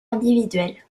individuels